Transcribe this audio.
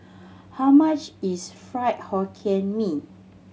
how much is Fried Hokkien Mee